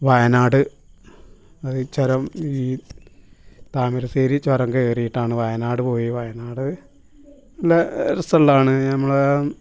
വയനാട് അത് ചുരം ഈ താമരശ്ശേരി ചുരം കയറിട്ടാണ് വയനാട് പോയി വയനാട് ഉള്ള ഒരു സ്ഥലമാണ് നമ്മളെ